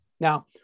Now